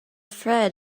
thread